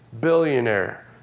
billionaire